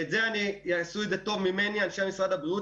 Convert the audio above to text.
את זה יעשו טוב ממני אנשי משרד הבריאות,